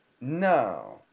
No